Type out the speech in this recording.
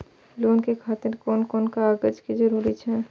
Loan के खातिर कोन कोन कागज के जरूरी छै?